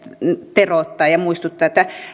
teroittaa ja ja muistuttaa että